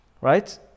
right